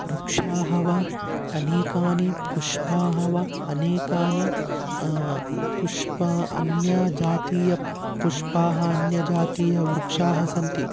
वृक्षाः व अनेकानि पुष्पाणि व अनेकानि पुष्पाणि अन्य जातीय पुष्पाणि अन्यजातीय वृक्षाः सन्ति